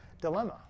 dilemma